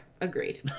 agreed